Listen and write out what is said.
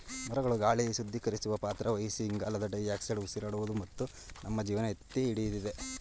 ಮರಗಳು ಗಾಳಿ ಶುದ್ಧೀಕರಿಸುವ ಪಾತ್ರ ವಹಿಸಿ ಇಂಗಾಲದ ಡೈಆಕ್ಸೈಡ್ ಉಸಿರಾಡುವುದು ಮತ್ತು ನಮ್ಮ ಜೀವನ ಎತ್ತಿಹಿಡಿದಿದೆ